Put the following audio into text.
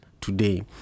today